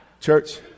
Church